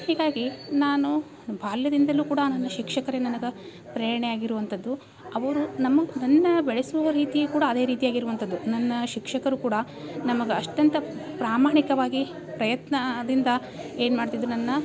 ಹೀಗಾಗಿ ನಾನು ಬಾಲ್ಯದಿಂದಲೂ ಕೂಡ ನನ್ನ ಶಿಕ್ಷಕರೇ ನನಗೆ ಪ್ರೇರಣೆ ಆಗಿರುವಂಥದ್ದು ಅವರು ನಮಗ್ ನನ್ನ ಬೆಳೆಸುವ ರೀತಿಯೂ ಕೂಡ ಅದೇ ರೀತಿಯಾಗಿರುವಂಥದ್ದು ನನ್ನ ಶಿಕ್ಷಕರು ಕೂಡ ನಮಗೆ ಅಷ್ಟಂತ ಪ್ರಾಮಾಣಿಕವಾಗಿ ಪ್ರಯತ್ನದಿಂದ ಏನು ಮಾಡ್ತಿದ್ದರು ನನ್ನ